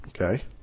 okay